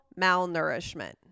malnourishment